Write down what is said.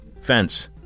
fence